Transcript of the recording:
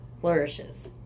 flourishes